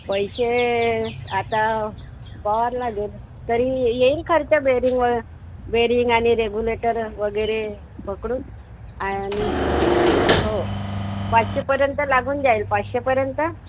पैसे आता पवार लागेल तरी येईल खर्च बेरिंग व बेरिंग आणि रेगुलेटर वगैरे पकडून आणि हो पाचशेपर्यंत लागून जाईल पाचशेपर्यंत